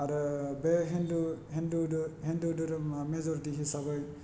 आरो बे हिन्दु हिन्दु दो हिन्दु धोरोमा मेजरिटि हिसाबै